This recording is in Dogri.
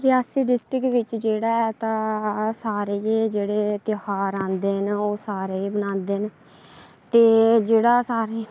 रियासी डिस्टिक बिच जेह्ड़ा ऐ तां सारे गै जेह्ड़े ध्यार औंदे न ओह् सारे मनांदे न ते जेह्ड़ा